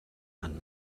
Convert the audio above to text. and